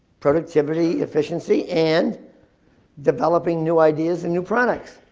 productivity, efficiency and developing new ideas and new products.